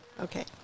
Okay